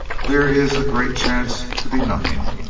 there is a great chance to be nothing.